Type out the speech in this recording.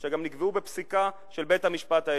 שגם נקבעו בפסיקה של בית-המשפט העליון,